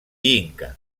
inca